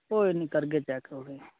कोई नि करगे चेक तुसेंगी